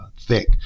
thick